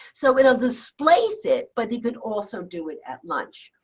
so it'll displace it, but you could also do it at lunch.